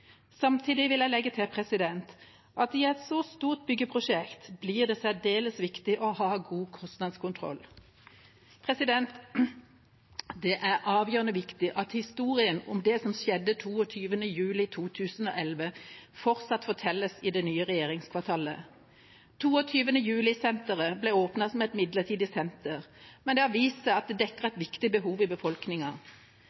Samtidig vil jeg legge til at i et så stort byggeprosjekt blir det særdeles viktig å ha god kostnadskontroll. Det er avgjørende viktig at historien om det som skjedde 22. juli 2011, fortsatt fortelles i det nye regjeringskvartalet. 22. juli-senteret ble åpnet som et midlertidig senter, men det har vist seg at det dekker et